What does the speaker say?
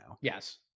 Yes